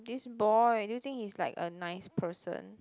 this boy do you think he's like a nice person